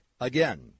Again